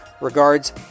Regards